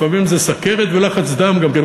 לפעמים זה סוכרת ולחץ דם גם כן,